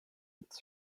its